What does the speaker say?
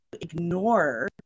ignore